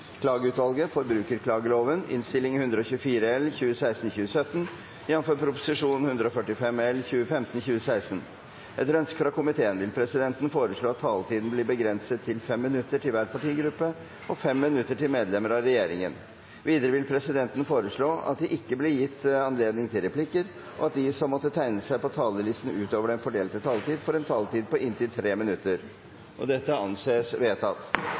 vil presidenten foreslå at taletiden blir begrenset til 5 minutter til hver partigruppe og 5 minutter til medlemmer av regjeringen. Videre vil presidenten foreslå at det ikke blir gitt anledning til replikker, og at de som måtte tegne seg på talerlisten utover den fordelte taletid, får en taletid på inntil 3 minutter. Jeg har lyst til å begynne med å takke komiteen. Det har vært god jobbing med saken, det er en enstemmig innstilling, og